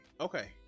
okay